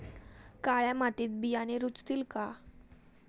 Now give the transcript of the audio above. काळ्या मातीत बियाणे रुजतील का?